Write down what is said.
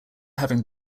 having